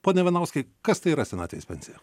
pone ivanauskai kas tai yra senatvės pensija